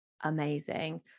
amazing